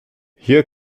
hier